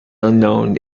unknown